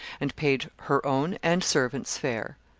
and paid her own and servant's fare.